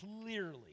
Clearly